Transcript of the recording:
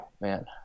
Man